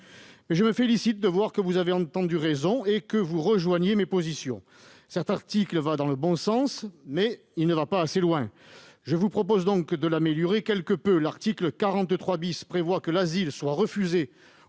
Je me félicite que vous ayez entendu raison et que vous rejoigniez mes positions. Cet article va dans le bon sens, mais il ne va pas assez loin. Je vous propose donc de l'améliorer quelque peu. L'article 43 prévoit que l'asile soit refusé